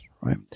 right